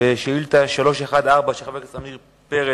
בשאילתא מס' 314, של חבר הכנסת עמיר פרץ,